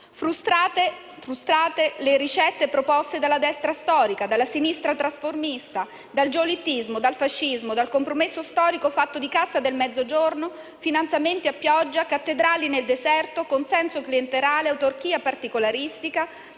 frustrate le ricette proposte dalla destra storica, dalla sinistra trasformista, dal giolittismo, dal fascismo, dal compromesso storico fatto di cassa del Mezzogiorno, finanziamenti a pioggia, cattedrali nel deserto, consenso clientelare, autarchia particolaristica